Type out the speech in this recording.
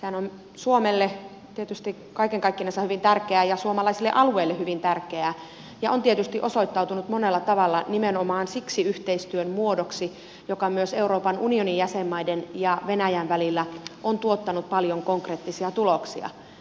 sehän on suomelle tietysti kaiken kaikkinensa hyvin tärkeää ja suomalaisille alueille hyvin tärkeää ja on tietysti osoittautunut monella tavalla nimenomaan siksi yhteistyön muodoksi joka myös euroopan unionin jäsenmaiden ja venäjän välillä on tuottanut paljon konkreettisia tuloksia